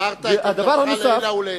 הבהרת את העניין לעילא ולעילא.